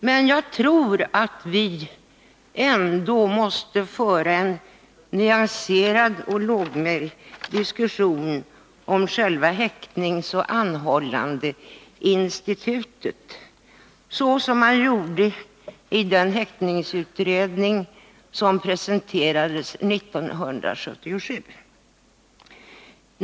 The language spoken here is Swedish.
Men jag tror ändå att vi måste föra en nyanserad och lågmäld diskussion om själva häktningsoch anhållandeinstitutet, som man gjorde i den häktningsutredning som presenterades år 1977.